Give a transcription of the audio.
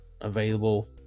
available